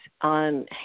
on